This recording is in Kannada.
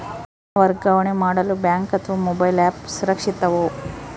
ಹಣ ವರ್ಗಾವಣೆ ಮಾಡಲು ಬ್ಯಾಂಕ್ ಅಥವಾ ಮೋಬೈಲ್ ಆ್ಯಪ್ ಸುರಕ್ಷಿತವೋ?